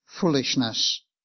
foolishness